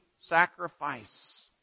sacrifice